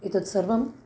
एतत् सर्वं